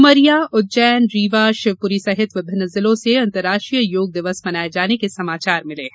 उमरिया उज्जैन रीवा शिवपुरी सहित विभिन्न जिलों से अंतर्राष्ट्रीय योग दिवस मनाये जाने के समाचार मिले हैं